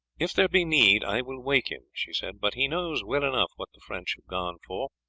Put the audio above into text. if there be need, i will wake him, she said but he knows well enough what the french have gone for,